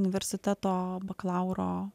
universiteto bakalauro